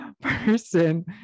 person